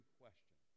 question